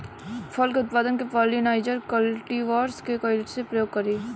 फल के उत्पादन मे पॉलिनाइजर कल्टीवर्स के कइसे प्रयोग करी?